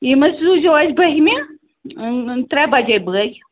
یِم حظ سوٗزۍزیٚو اَسہِ بٔہمہِ ترٛےٚ بَجے بٲگۍ